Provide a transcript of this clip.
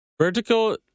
vertical